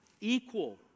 equal